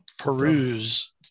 Peruse